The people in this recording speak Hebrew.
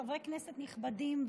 חברי כנסת נכבדים,